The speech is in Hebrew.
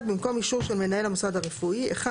במקום אישור של מנהל המוסד הרפואי: (1)